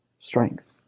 strength